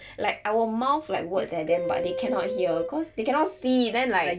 like I will mouth like words at them but they cannot hear cause they cannot see then like